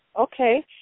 Okay